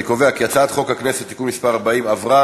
אני קובע כי הצעת חוק הכנסת (תיקון מס' 40) עברה